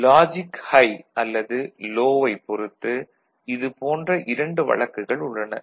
logic high அல்லது low வைப் பொறுத்து இது போன்ற இரண்டு வழக்குகள் உள்ளன